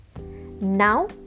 now